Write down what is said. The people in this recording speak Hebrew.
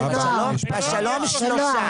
לא שלום, זה נוער.